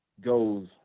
goes